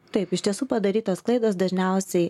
taip iš tiesų padarytos klaidos dažniausiai